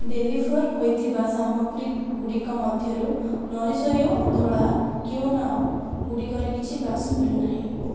deliver ହୋଇଥିବା ସାମଗ୍ରୀଗୁଡ଼ିକ ମଧ୍ୟରୁ ନୋରିଶୟୋ ଧଳା କ୍ୱିନାଓ ଗୁଡ଼ିକର କିଛି ବାକ୍ସ ମିଳୁନାହିଁ